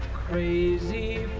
crazy